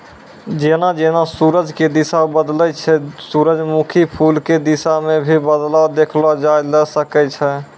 जेना जेना सूरज के दिशा बदलै छै सूरजमुखी फूल के दिशा मॅ भी बदलाव देखलो जाय ल सकै छै